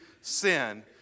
sin